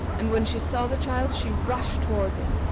and when she saw the child she rushed towards it,